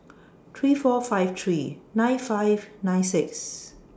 three four five three nine five nine six